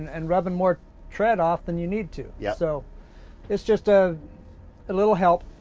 and rubbing more tread off than you need to. yeah so it's just a ah little help.